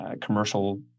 commercial